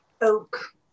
oak